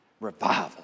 revival